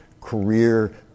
career